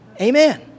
amen